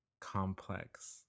complex